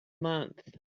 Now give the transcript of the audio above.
month